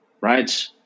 right